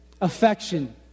Affection